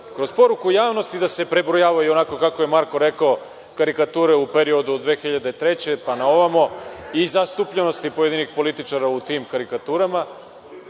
kroz poruku javnosti da se prebrojavaju, onako kako je Marko rekao, karikature u periodu od 2003. godine, pa na ovamo i zastupljenosti pojedinih političara u tim karikaturama,